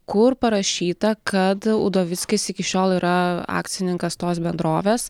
kur parašyta kad udovickis iki šiol yra akcininkas tos bendrovės